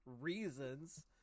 reasons